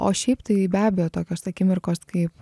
o šiaip tai be abejo tokios akimirkos kaip